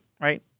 right